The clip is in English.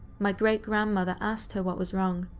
my great-grandmother asked her what was wrong.